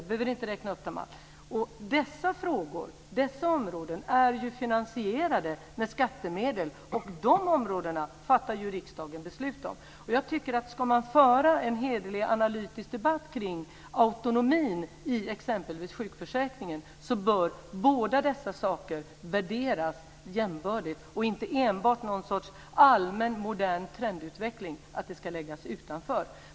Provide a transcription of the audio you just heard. Jag behöver inte räkna upp dem alla. Dessa områden är finansierade med skattemedel. Dessa områden fattar riksdagen beslut om. Jag tycker att ska man föra en hederlig och analytisk debatt kring autonomin i exempelvis sjukförsäkringen bör båda dessa saker värderas jämbördigt, inte enbart någon sorts allmän modern trendutveckling att det ska läggas utanför.